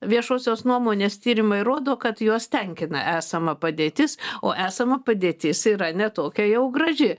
viešosios nuomonės tyrimai rodo kad juos tenkina esama padėtis o esama padėtis yra ne tokia jau graži